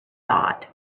thought